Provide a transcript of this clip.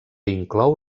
inclou